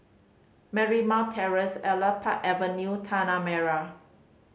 Marymount Terrace Elias Park Avenue Tanah Merah